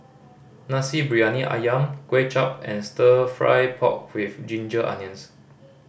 Nasi Briyani Ayam Kway Chap and Stir Fry pork with ginger onions